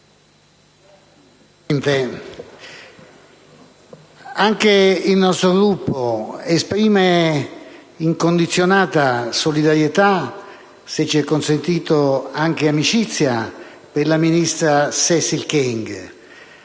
anche il nostro Gruppo esprime incondizionata solidarietà e, se ci è consentito, anche amicizia alla ministra Cécile Kyenge,